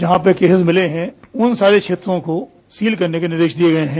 जहां पर केसेस मिले है उन सारे क्षेत्रों को सील करने के निर्देश दिये गये है